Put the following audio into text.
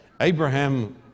Abraham